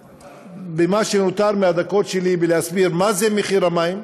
במה שנותר מהדקות שלי בהסבר מה זה מחיר המים,